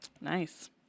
Nice